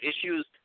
issues